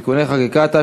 (תיקוני חקיקה),